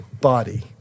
body